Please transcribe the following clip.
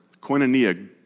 Koinonia